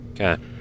Okay